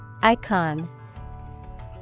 Icon